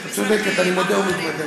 את צודקת, אני מודה ומתוודה.